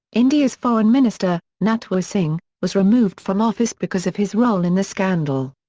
india's foreign minister, natwar singh, was removed from office because of his role in the scandal.